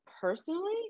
personally